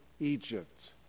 Egypt